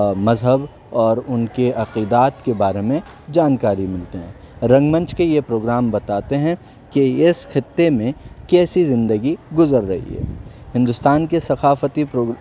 مذہب اور ان کے عقیدات کے بارے میں جانکاری ملتے ہیں رنگ منچ کے یہ پروگرام بتاتے ہیں کہ اس خطے میں کیسی زندگی گزر رہی ہے ہندوستان کے ثقافتی پرو